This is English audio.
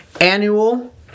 annual